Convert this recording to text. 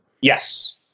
Yes